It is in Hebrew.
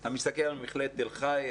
אתה מסתכל על מכללת תל חי,